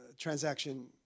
transaction